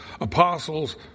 apostles